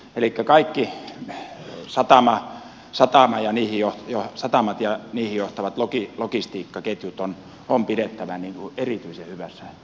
elikkä kaikki satamat ja niihin johtavat logistiikkaketjut on pidettävä erityisen hyvässä huollossa ja kunnossa